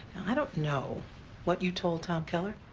i don't know what you told tom keller,